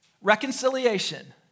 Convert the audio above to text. Reconciliation